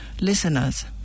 listeners